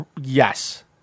Yes